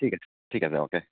ঠিক আছে ঠিক আছে অ'কে